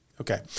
okay